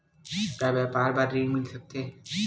का व्यापार बर ऋण मिल सकथे?